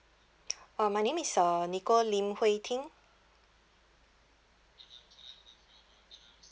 uh my name is uh nicole lin hui ting